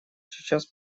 сейчас